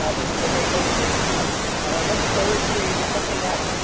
this is a great book for you, so. i'm looking forward to discussing that,